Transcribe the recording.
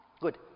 good